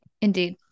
Indeed